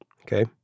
Okay